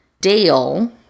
Dale